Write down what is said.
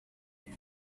need